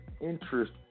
interest